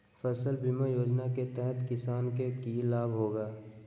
फसल बीमा योजना के तहत किसान के की लाभ होगा?